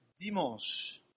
Dimanche